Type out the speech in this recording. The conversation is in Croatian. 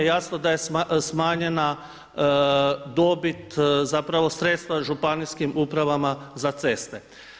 Jasno da je smanjena dobit zapravo sredstva županijskim upravama za ceste.